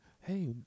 hey